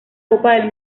copa